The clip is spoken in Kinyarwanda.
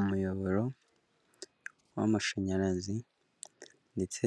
Umuyoboro w'amashanyarazi ndetse